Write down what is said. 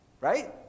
right